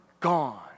gone